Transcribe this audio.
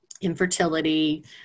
infertility